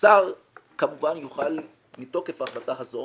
השר כמובן יוכל מתוקף ההחלטה הזאת